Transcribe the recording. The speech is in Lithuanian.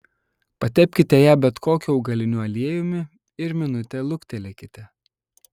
patepkite ją bet kokiu augaliniu aliejumi ir minutę luktelėkite